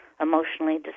emotionally